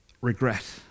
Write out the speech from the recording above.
regret